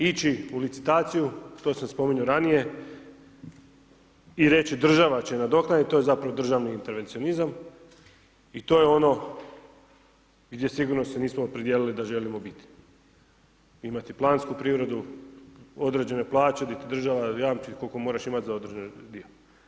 Ići u licitaciju, to sam spominjao ranije i reći država će nadoknaditi, to je zapravo državni intervencionizam i to je ono gdje sigurno se nismo opredijelili da želimo biti, imati plansku privredu, određene plaće gdje ti država jamči koliko moraš imati za određeni dio.